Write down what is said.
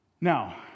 Now